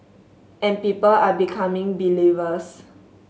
and people are becoming believers